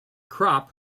crop